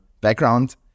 background